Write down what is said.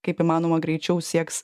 kaip įmanoma greičiau sieks